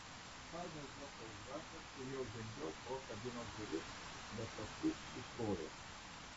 paėmiau džeką už rankos ir jau žengiau pro kabinos duris bet paskui sustojau